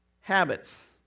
habits